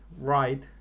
right